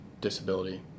disability